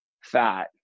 fat